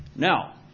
Now